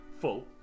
full